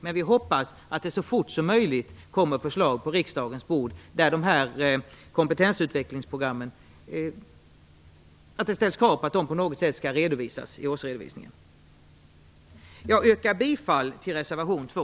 Men vi hoppas att det så fort som möjligt kommer förslag på riksdagens bord där det ställs krav att kompetensutvecklingsprogrammen på något sätt skall redovisas i årsredovisningen. Jag yrkar bifall till reservation 2.